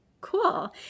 Cool